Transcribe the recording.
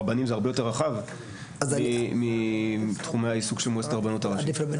רבנים זה הרבה יותר רחב מתחומי העיסוק של מועצת הרבנות הראשית.